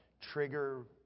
trigger